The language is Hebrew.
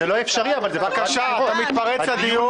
זה לא אפשרי אבל זה --- אתה מתפרץ לדיון.